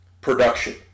production